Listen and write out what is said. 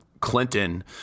Clinton